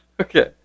Okay